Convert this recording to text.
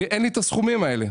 אין לי את הסכומים האלה.